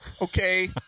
Okay